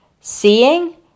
seeing